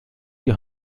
die